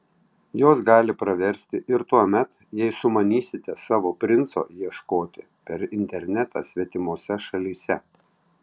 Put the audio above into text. jos gali praversti ir tuomet jei sumanysite savo princo ieškoti per internetą svetimose šalyse